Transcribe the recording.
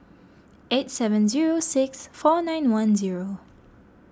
eight seven zero six four nine one zero